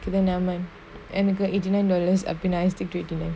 to the naaman எனக்கு:enaku eighty nine dollars அப்டினா:apdinaa I streak to eighty nine